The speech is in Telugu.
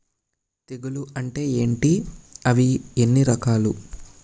తెగులు అంటే ఏంటి అవి ఎన్ని రకాలు?